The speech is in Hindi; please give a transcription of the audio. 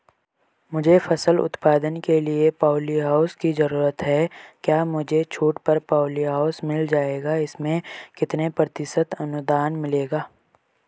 मुझे फसल उत्पादन के लिए प ॉलीहाउस की जरूरत है क्या मुझे छूट पर पॉलीहाउस मिल जाएगा इसमें कितने प्रतिशत अनुदान मिलेगा?